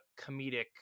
comedic